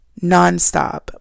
nonstop